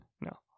No